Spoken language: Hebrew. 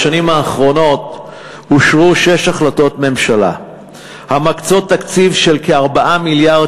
בשנים האחרונות אושרו שש החלטות ממשלה המקצות תקציב של כ-4 מיליארד